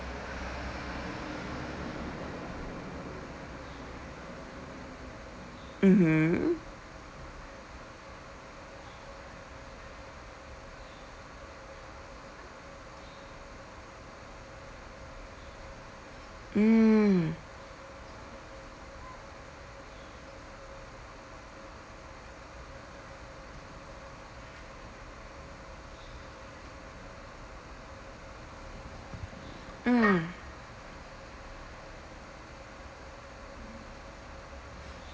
mmhmm mm mm